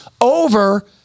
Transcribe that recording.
Over